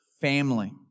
family